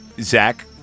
Zach